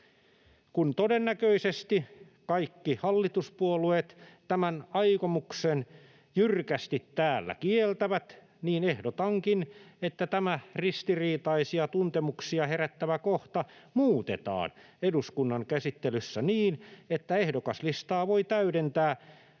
Kun todennäköisesti kaikki hallituspuolueet tämän aikomuksen jyrkästi täällä kieltävät, niin ehdotankin, että tämä ristiriitaisia tuntemuksia herättävä kohta muutetaan eduskunnan käsittelyssä niin, että ehdokaslistaa voi täydentää